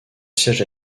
siège